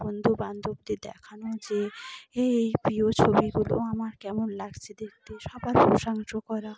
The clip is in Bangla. বন্ধুবান্ধবদের দেখানো যে এই এই প্রিয় ছবিগুলো আমার কেমন লাগছে দেখতে সবার প্রশংসা করা